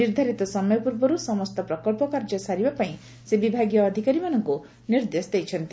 ନିର୍ଦ୍ଧାରିତ ସମୟ ପୂର୍ବରୁ ସମସ୍ତ ପ୍ରକ ସାରିବା ପାଇଁ ସେ ବିଭାଗୀୟ ଅଧିକାରୀମାନଙ୍କୁ ନିର୍ଦ୍ଦେଶ ଦେଇଛନ୍ତି